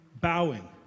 bowing